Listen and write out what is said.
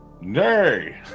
nay